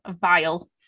vile